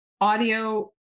audio